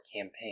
campaign